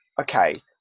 okay